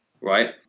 Right